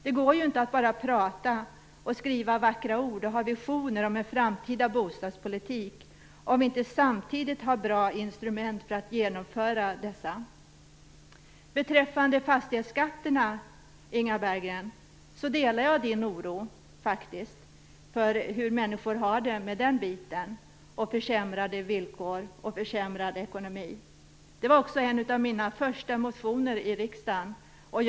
Det går inte att bara prata, skriva vackra ord och ha visioner om en framtida bostadspolitik, om vi inte samtidigt har bra instrument för att genomföra en sådan. Beträffande fastighetsskatterna delar jag faktiskt Inga Berggrens oro för hur det där är för människor - försämrade villkor och en försämrad ekonomi. En av mina första motioner här i riksdagen gällde den frågan.